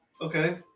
Okay